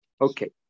Okay